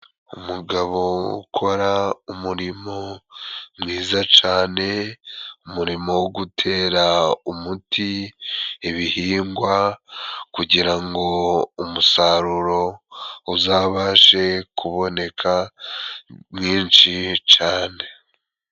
Umugabo ukora umurimo mwiza cane, umurimo wo gutera umuti ibihingwa kugira ngo umusaruro uzabashe kuboneka mwinshi cane.